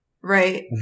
Right